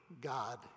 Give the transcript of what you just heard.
God